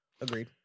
Agreed